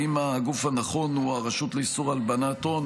האם הגוף הנכון הוא הרשות לאיסור הלבנת הון,